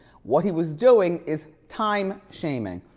what he was doing is time shaming.